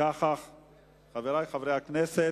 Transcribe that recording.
חבר הכנסת